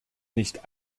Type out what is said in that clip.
nicht